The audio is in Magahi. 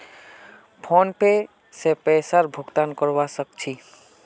फोनपे से पैसार भुगतान करवा सकछी